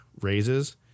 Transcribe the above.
raises